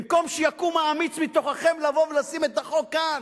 במקום שיקום האמיץ מתוככם לבוא ולשים את החוק כאן,